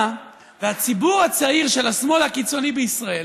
והציבור הצעיר של השמאל הקיצוני בישראל